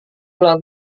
ulang